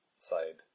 side